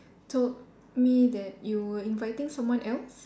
told me that you were inviting someone else